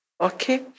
okay